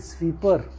Sweeper